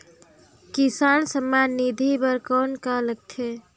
किसान सम्मान निधि बर कौन का लगथे?